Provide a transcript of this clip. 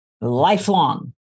lifelong